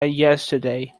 yesterday